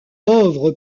pauvre